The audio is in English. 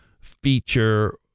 feature